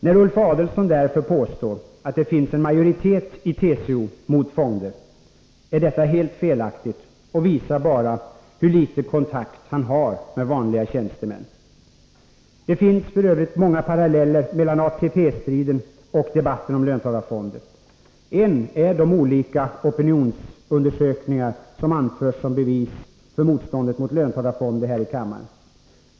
När Ulf Adelsohn påstår att det finns en majoritet i TCO mot fonder är detta därför helt felaktigt och visar bara hur liten kontakt han har med vanliga tjänstemän. Det finns f. ö. många paralleller mellan ATP-striden och debatten om löntagarfonder. En är de olika opinionsundersökningar som här i kammaren anförts som bevis för motståndet mot löntagarfonder.